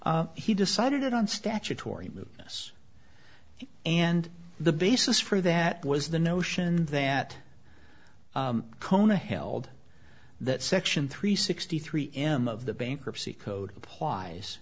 ness he decided on statutory move yes and the basis for that was the notion that kona held that section three sixty three m of the bankruptcy code applies